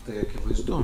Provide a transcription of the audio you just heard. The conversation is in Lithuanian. tai akivaizdu